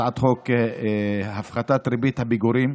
הצעת חוק הפחתת ריבית הפיגורים.